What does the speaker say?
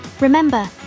Remember